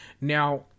now